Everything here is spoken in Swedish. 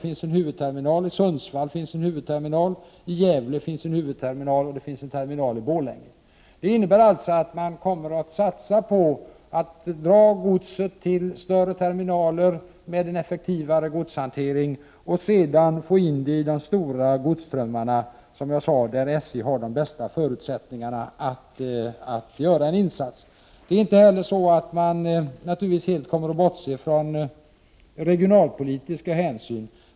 Och i Sundsvall, i Gävle och i Borlänge finns det en huvudterminal. Detta innebär alltså att man kommer att satsa på att dra godset till större terminaler med en effektivare godshantering och sedan få in det i de stora godsströmmarna där SJ, som jag sade, har de bästa förutsättningarna att göra eninsats. Man kommer naturligtvis inte heller att helt bortse från regionalpolitiska hänsyn.